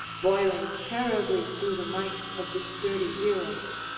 boiling terribly through the might of the sturdy heroes.